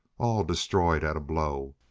all destroyed at a blow.